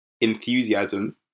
enthusiasm